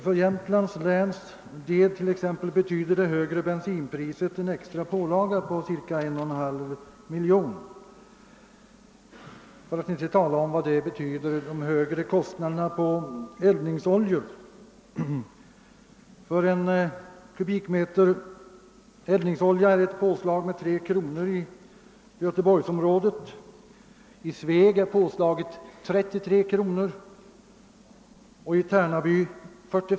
För Jämtlands län betyder det högre bensinpriset en extra pålaga på cirka 1,5 miljoner kronor, för att inte tala om vad de högre kostnaderna för eldningsoljor betyder; för en kubikmeter olja är påslaget 3 kronor i Göteborgsområdet, 33 kronor i Sveg och 45 kronor i Tärnaby.